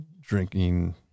drinking